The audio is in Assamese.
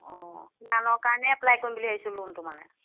অঁ সিমানৰ কাৰণে এপ্লাই কৰিম বুলি ভাবিছোঁ লোনটো মানে